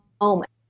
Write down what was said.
moment